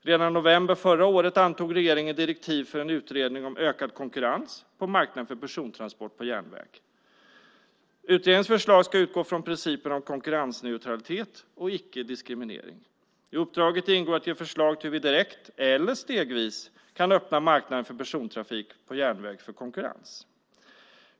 Redan i november förra året antog regeringen direktiv för en utredning om ökad konkurrens på marknaden för persontransport på järnväg. Utredningens förslag ska utgå från principen om konkurrensneutralitet och icke-diskriminering. I uppdraget ingår att ge förslag till att direkt eller stegvis öppna marknaden för persontrafik på järnväg för konkurrens.